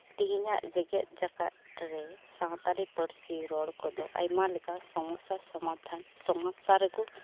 ᱛᱤᱦᱤᱧᱟᱜ ᱡᱮᱜᱮᱫ ᱡᱟᱠᱟᱛ ᱨᱮ ᱥᱟᱶᱛᱟᱞᱤ ᱯᱟᱹᱨᱥᱤ ᱨᱚᱲ ᱠᱚᱫᱚ ᱟᱭᱢᱟ ᱞᱮᱠᱟ ᱥᱚᱢᱚᱥᱟ ᱥᱚᱢᱟᱫᱷᱟᱱ ᱥᱚᱢᱚᱥᱟ ᱨᱮᱠᱩ